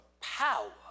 power